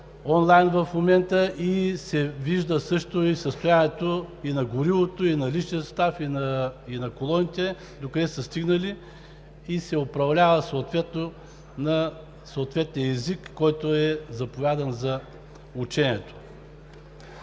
онлайн, в момента се вижда също състоянието и на горивото, и на личния състав, и на колоните – докъде са стигнали, и се управлява съответно на съответния език, който е заповядан за учението.